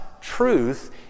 truth